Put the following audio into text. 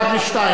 אחת משתיים,